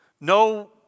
No